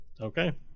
okay